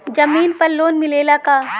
जमीन पर लोन मिलेला का?